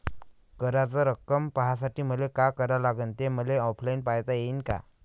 कराच रक्कम पाहासाठी मले का करावं लागन, ते मले ऑनलाईन पायता येईन का?